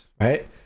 right